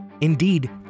Indeed